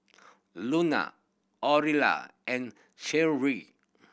Luna Orilla and Sherrie